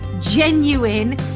genuine